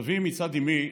סבי מצד אימי,